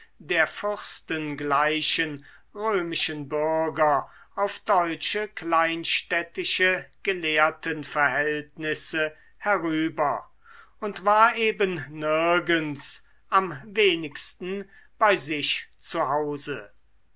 der fürstengleichen römischen bürger auf deutsche kleinstädtische gelehrtenverhältnisse herüber und war eben nirgends am wenigsten bei sich zu hause